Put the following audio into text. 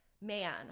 man